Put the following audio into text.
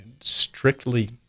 strictly